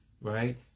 right